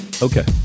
Okay